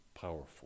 powerful